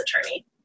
attorney